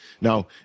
now